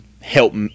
help